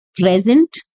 present